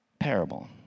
Parable